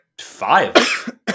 five